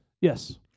Yes